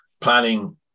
planning